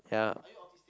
yeah